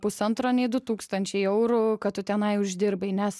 pusantro nei du tūkstančiai eurų kad tu tenai uždirbai nes